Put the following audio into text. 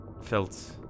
felt